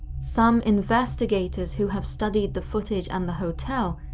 some investigators who have studied the footage and the hotel,